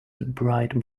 bright